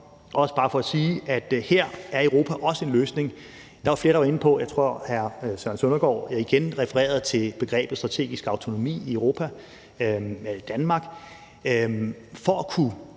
også bare for at sige, at her er Europa også en løsning. Der var flere, der var inde på det, og jeg tror, at hr. Søren Søndergaard igen refererede til begrebet strategisk autonomi i Europa og Danmark. For at kunne